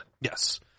Yes